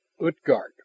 Utgard